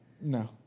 No